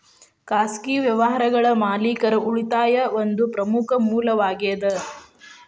ಖಾಸಗಿ ವ್ಯವಹಾರಗಳ ಮಾಲೇಕರ ಉಳಿತಾಯಾ ಒಂದ ಪ್ರಮುಖ ಮೂಲವಾಗೇದ